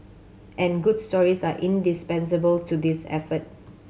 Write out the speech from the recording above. and good stories are indispensable to this effort